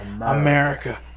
America